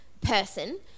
person